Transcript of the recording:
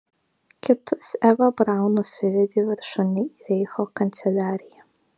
kitus eva braun nusivedė viršun į reicho kanceliariją